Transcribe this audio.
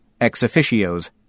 Ex-officios